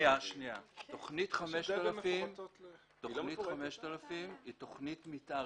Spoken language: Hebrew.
תכנית 5000 היא תכנית מתאר,